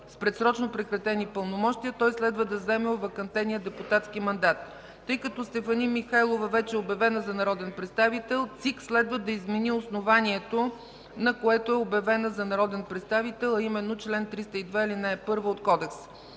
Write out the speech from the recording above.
с предсрочно прекратени пълномощия, той следва да заеме овакантения депутатски мандат. Тъй като Стефани Михайлова вече е обявена за народен представител, ЦИК следва да измени основанието, на което е обявена за народен представител, а именно чл. 302, ал. 1 от Кодекса.